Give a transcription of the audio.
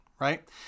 Right